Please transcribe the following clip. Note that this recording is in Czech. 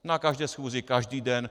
Na každé schůzi, každý den.